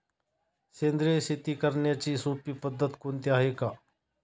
सेंद्रिय शेती करण्याची सोपी पद्धत कोणती आहे का?